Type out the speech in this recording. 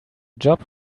job